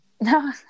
No